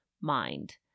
mind